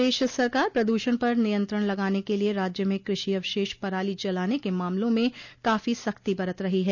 प्रदेश सरकार प्रदूषण पर नियंत्रण लगाने के लिये राज्य में कृषि अवशेष पराली जलाने के मामलों में काफी सख्ती बरत रही है